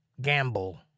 gamble